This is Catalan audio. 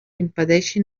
impedeixin